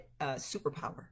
superpower